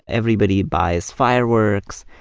everybody buys fireworks.